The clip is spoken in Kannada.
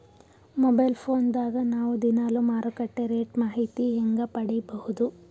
ಮೊಬೈಲ್ ಫೋನ್ ದಾಗ ನಾವು ದಿನಾಲು ಮಾರುಕಟ್ಟೆ ರೇಟ್ ಮಾಹಿತಿ ಹೆಂಗ ಪಡಿಬಹುದು?